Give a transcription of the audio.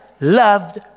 loved